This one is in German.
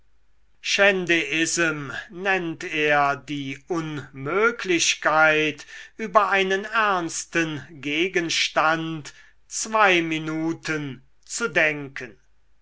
nennt er die unmöglichkeit über einen ernsten gegenstand zwei minuten zu denken